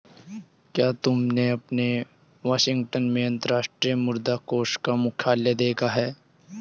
क्या तुमने कभी वाशिंगटन में अंतर्राष्ट्रीय मुद्रा कोष का मुख्यालय देखा है?